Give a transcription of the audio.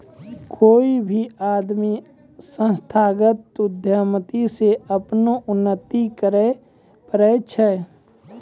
कोय भी आदमी संस्थागत उद्यमिता से अपनो उन्नति करैय पारै छै